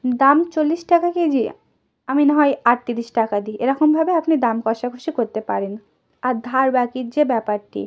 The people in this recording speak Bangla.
দাম চল্লিশ টাকা কেজি আমি নাহয় আটতিরিশ টাকা দিই এরকমভাবে আপনি দাম কষাকষি করতে পারেন আর ধার বাকির যে ব্যাপারটি